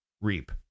REAP